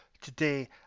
today